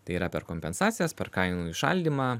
tai yra per kompensacijas per kainų įšaldymą